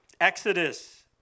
Exodus